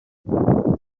your